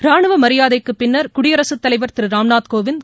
ராணுவ மரியாதைக்குப் பின்னர் குடியரசுத் தலைவர் திரு ராம்நாத் கோவிந்த்